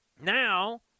Now